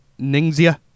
Ningxia